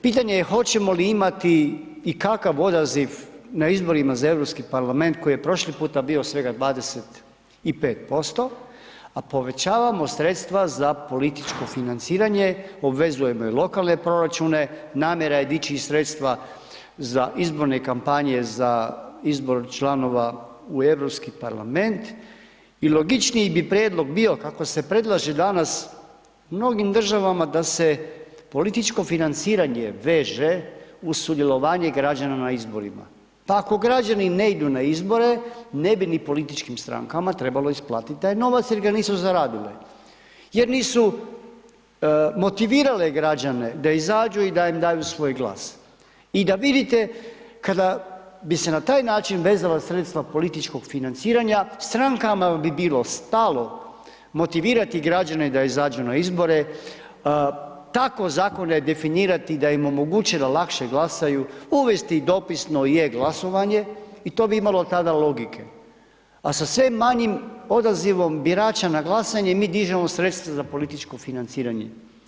Pitanje je hoćemo li imati i kakav odaziv na izborima za Europski parlament koji je prošli puta bio svega 25%, a povećavamo sredstva za političko financiranje, obvezujemo i lokalne proračune, namjera je dići i sredstva za izborne kampanje za izbor članova u Europski parlament i logičniji bi prijedlog bio kako se predlaže danas mnogim državama da se političko financiranje veže uz sudjelovanje građana na izborima, pa ako građani ne idu na izbore, ne bi ni političkim stranaka trebalo isplatiti taj novac jer ga nisu zaradile jer nisu motivirale građane da izađu i da im daju svoj glas i da vidite kada bi se na taj način vezala sredstva političkog financiranja, strankama bi bilo stalo motivirati građane da izađu na izbore, tako zakone definirati da im omoguće da lakše glasaju, uvesti i dopisno i e-glasovanje i to bi imalo tada logike, a sa sve manjim odazivom birača na glasanje, mi dižemo sredstva za političko financiranje.